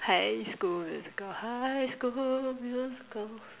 high school musical high school musical